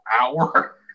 hour